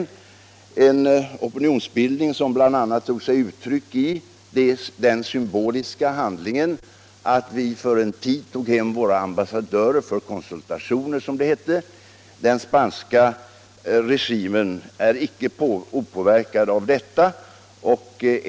Denna opinionsbildning tog sig uttryck bl.a. i den symboliska handlingen att resp. regeringar för en tid kallade hem sina ambassadörer för konsultationer, som det hette. Spanska regimen är icke opåverkad av detta.